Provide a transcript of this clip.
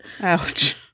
Ouch